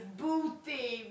booty